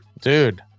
Dude